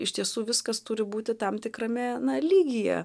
iš tiesų viskas turi būti tam tikrame lygyje